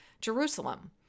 Jerusalem